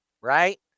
right